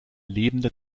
lebende